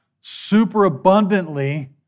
superabundantly